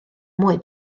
mwy